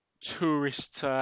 tourist